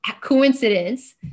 coincidence